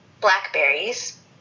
blackberries